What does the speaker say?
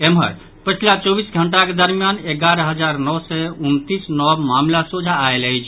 एम्हर पछिला चौबीस घंटाक दरमियान एगारह हजार नओ सय उनतीस नव मामिला सोझा आयल अछि